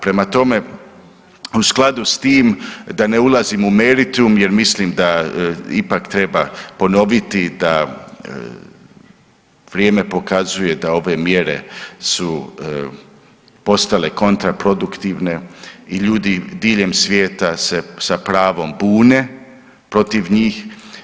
Prema tome, u skladu s tim da ne ulazim u meritum jer mislim da ipak treba ponoviti da vrijeme pokazuje da ove mjere su postale kontraproduktivne i ljudi diljem svijeta se sa pravom bude protiv njih.